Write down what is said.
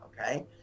okay